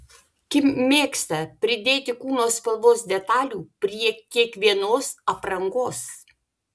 kim mėgsta pridėti kūno spalvos detalių prie kiekvienos aprangos